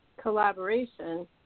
collaboration